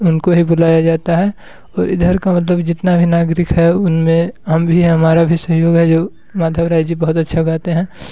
उनको ही बुलाया जाता है और इधर का मतलब जितना भी नागरिक है उनमें हम भी हमारा भी सहयोग है जो माधव राय जी बहुत अच्छा गाते हैं